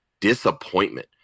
disappointment